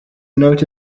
note